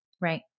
Right